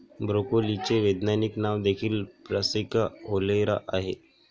ब्रोकोलीचे वैज्ञानिक नाव देखील ब्रासिका ओलेरा आहे